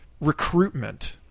recruitment